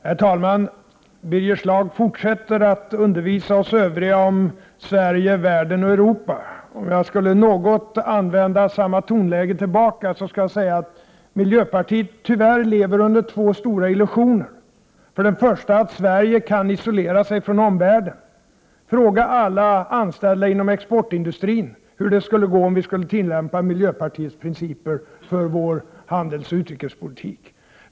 Herr talman! Birger Schlaug fortsätter att undervisa oss övriga om Sverige, världen och Europa. Om jag i någon mån skulle använda samma tonläge tillbaka, skulle jag säga att miljöpartiet tyvärr lever under två stora illusioner. Den första är att Sverige kan isolera sig från omvärlden. Fråga alla anställda inom exportindustrin hur det skulle gå om vi skulle tillämpa miljöpartiets principer för vår handelsoch utrikespolitik!